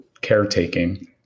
caretaking